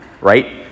right